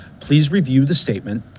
please review the statement,